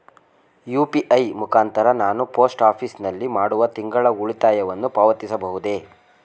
UPI ಮುಖಾಂತರ ನಾನು post office ನಲ್ಲಿ ಮಾಡುವ ತಿಂಗಳ ಉಳಿತಾಯವನ್ನು ಪಾವತಿಸಬಹುದೇ?